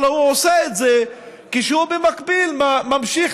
אבל הוא עושה את זה כשהוא במקביל ממשיך